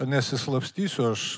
nesislapstysiu aš